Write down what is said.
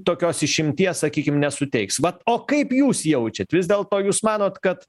tokios išimties sakykim nesuteiks vat o kaip jūs jaučiat vis dėlto jūs manot kad